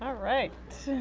ah right.